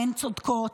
והן צודקות.